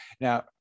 Now